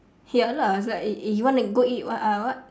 ya lah it's like eh eh you wanna go eat what uh uh what